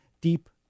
deep